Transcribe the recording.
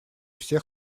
всех